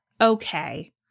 okay